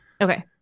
Okay